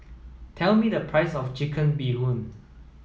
tell me the price of chicken bee hoon